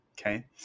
Okay